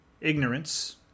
ignorance